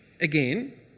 Again